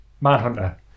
Manhunter